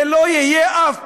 זה לא יהיה אף פעם.